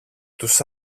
τους